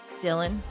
Dylan